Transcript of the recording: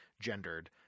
gendered